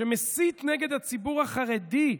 שמסית נגד הציבור החרדי,